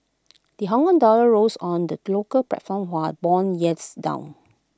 the Hongkong dollar rose on the local platform while Bond yields fell